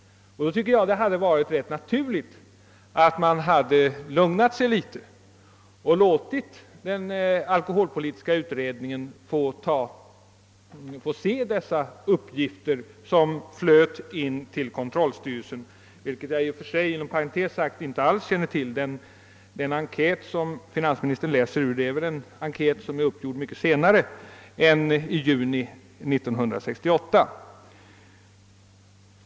Jag tycker därför att det hade varit naturligt att man hade lugnat sig något och låtit alkoholpolitiska utredningen få undersöka de uppgifter som flöt in till kontrollstyrelsen. Jag kan inom parentes nämna att jag inte alls kände till de nämnda uppgifterna. Den enkät som finansministern läste ur är väl gjord senare än juni 1968.